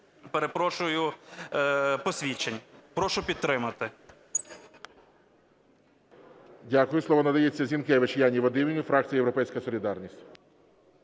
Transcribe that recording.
перепрошую, посвідчень. Прошу підтримати.